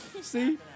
See